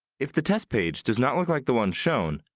if the test page does not look like the one shown,